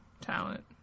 talent